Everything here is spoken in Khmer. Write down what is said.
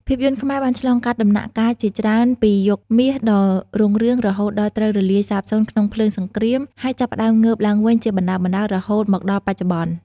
ភាពយន្តខ្មែរបានឆ្លងកាត់ដំណាក់កាលជាច្រើនពីយុគមាសដ៏រុងរឿង រហូតដល់ត្រូវរលាយសាបសូន្យក្នុងភ្លើងសង្គ្រាម ហើយចាប់ផ្ដើមងើបឡើងវិញជាបណ្ដើរៗរហូតមកដល់បច្ចុប្បន្ន។